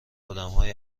آدمهای